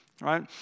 right